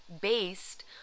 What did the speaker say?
based